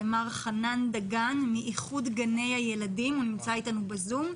מר חנן דגן מאיחוד גני הילדים שנמצא אתנו ב-זום.